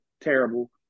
terrible